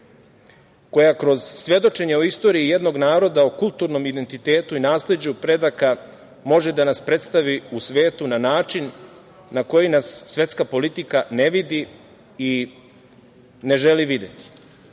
koja kroz svedočenje o istoriji jednog naroda o kulturnom identitetu i nasleđu predaka može da nas predstavi u svetu na način na koji nas svetska politika ne vidi i ne želi videti. Ne